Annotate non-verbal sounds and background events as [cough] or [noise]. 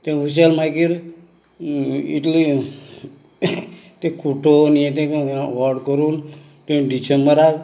तें उशल मागीर हितू तें खुटोन हें तें करून [unintelligible] व्हड करून तें डिसेंबराक